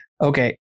Okay